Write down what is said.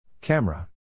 Camera